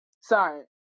Sorry